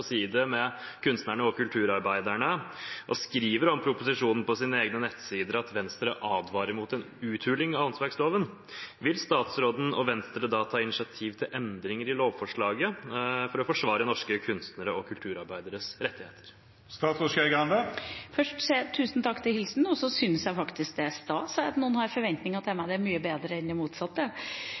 side med kunstnerne og kulturarbeiderne og skriver om proposisjonen på sine egne nettsider at de advarer mot en uthuling av åndsverkloven. Vil statsråden og Venstre ta initiativ til endringer i lovforslaget for å forsvare norske kunstnere og kulturarbeideres rettigheter? Først: Tusen takk for hilsen – og så syns jeg faktisk det er stas at noen har forventninger til meg. Det er mye bedre enn det motsatte.